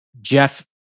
Jeff